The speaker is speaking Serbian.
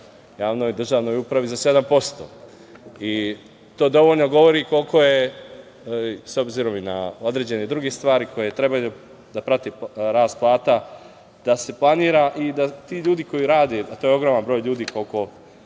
javnoj državnoj upravi za 7%. To dovoljno govori koliko je, s obzirom i na određene druge stvari koje trebaju da prate rast plata, da se planira i da ti ljudi koji rade, a to je ogroman broj ljudi, koliko